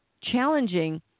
challenging